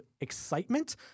excitement